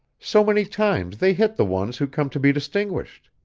so many times they hit the ones who come to be distinguished.